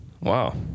Wow